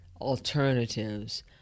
alternatives